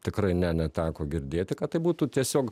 tikrai ne neteko girdėti kad tai būtų tiesiog